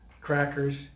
crackers